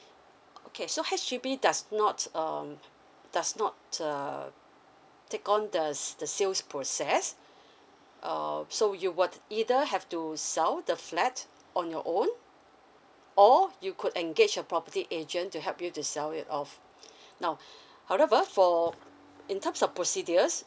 okay so H_D_B does not um does not uh take on the the sales process uh so you would either have to sell the flat on your own or you could engage a property agent to help you to sell it off now however for in terms of procedures